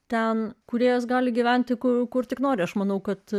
ten kūrėjas gali gyventi kur kur tik nori aš manau kad